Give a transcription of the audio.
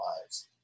lives